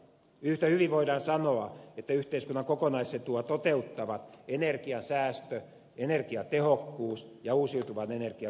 yhtä hyvin voidaan sanoa että yhteiskunnan kokonaisetua toteuttavat energiansäästö energiatehokkuus ja uusiutuvan energian velvoitepaketti